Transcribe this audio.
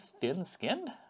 thin-skinned